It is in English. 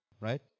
Right